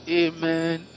amen